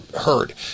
heard